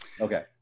okay